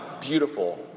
beautiful